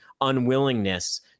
unwillingness